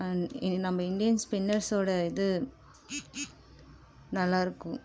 நம்ம இந்தியன் ஸ்பின்னர்ஸோட இது நல்லா இருக்கும்